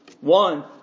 One